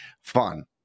fun